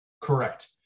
Correct